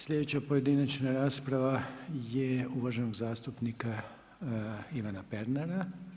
Sljedeća pojedinačna rasprava je uvaženog zastupnika Ivana Pernara.